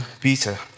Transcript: Peter